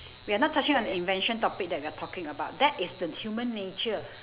we're not touching on the invention topic that we're talking about that is the human nature